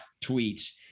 tweets